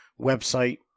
website